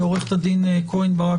עו"ד כהן-קרן,